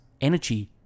energy